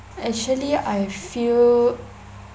actually I feel